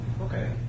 Okay